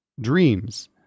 dreams